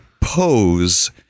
pose